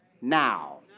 Now